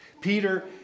Peter